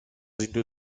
into